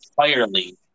entirely